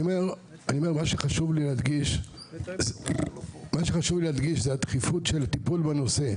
מה שחשוב לי להדגיש זה הדחיפות של הטיפול בנושא.